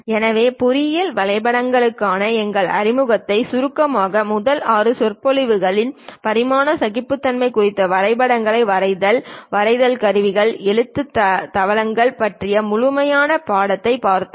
எனவே பொறியியல் வரைபடங்களுக்கான எங்கள் அறிமுகத்தை சுருக்கமாக முதல் ஆறு சொற்பொழிவுகளில் பரிமாண சகிப்புத்தன்மை குறித்த வரைபடங்களை வரைதல் வரைதல் கருவிகள் எழுத்து தளவமைப்புகள் பற்றிய முழுமையான படத்தைப் பார்த்தோம்